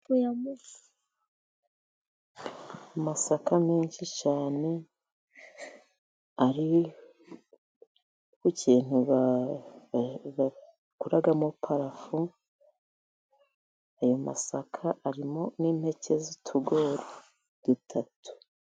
Amasaka menshi cyane ari ku kintu bakoramo parafo, ayo masaka arimo n'impeke z'utugori dutatu.